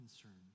concern